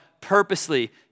purposely